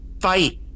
fight